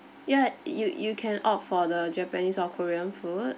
ya you you can opt for the japanese or korean food